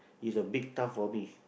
it's a bit tough for me